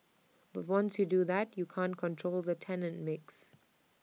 but once you do that you can't control the tenant mix